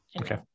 okay